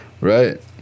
Right